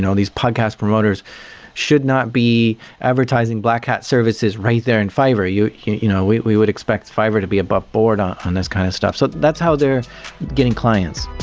these podcast promoters should not be advertising black hat services right there in fiverr. you know we we would expect fiverr to be aboveboard on this kind of stuff. so that's how they're getting clients.